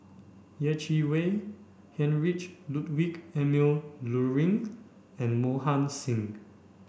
Yeh Chi Wei Heinrich Ludwig Emil Luering and Mohan Singh